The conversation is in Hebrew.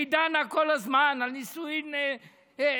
היא דנה כל הזמן על נישואין וגירושין,